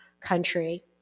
country